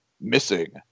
missing